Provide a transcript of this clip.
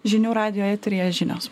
žinių radijo eteryje žinios